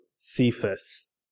Cephas